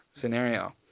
scenario